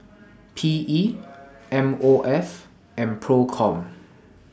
P E M O F and PROCOM